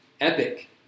epic